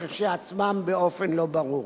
כשלעצמן, באופן לא ברור.